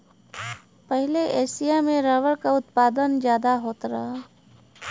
पहिले एसिया में रबर क उत्पादन जादा होत रहल